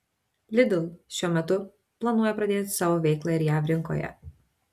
lidl šiuo metu planuoja pradėti savo veiklą ir jav rinkoje